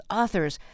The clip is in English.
authors